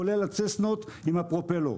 כולל הצסנה עם הפרופלור.